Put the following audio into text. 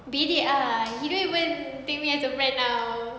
bedek ah he don't even take me as a friend ah